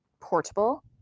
portable